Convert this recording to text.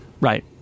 Right